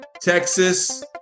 Texas